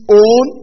own